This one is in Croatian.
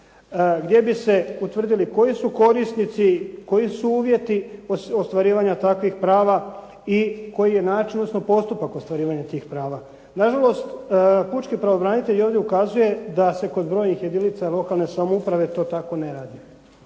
gdje bi se utvrdilo koji su korisnici, koji su uvjeti ostvarivanja takvih prava i koji je način, odnosno postupak ostvarivanja tih prava. Nažalost, pučki pravobranitelj ovdje ukazuje da se kod brojnih jedinica lokalne samouprave to tako ne radi.